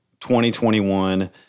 2021